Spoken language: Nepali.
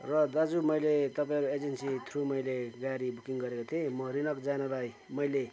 र दाजु मैले तपाईँको एजेन्सी थ्रु मैले गाडी बुकिङ गरेको थिएँ म रिनक जानुलाई मैले